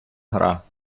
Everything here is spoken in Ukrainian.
гра